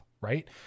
right